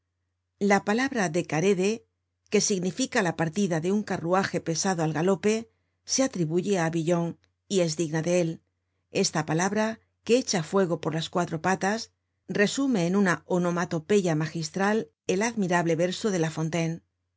la palabra decarede que significa la partida de un carruaje pesado al galope se atribuye á villon y es digna de él esta palabra que echa fuego por las cuatro patas resume en una onomatopeya magistral el admirable verso de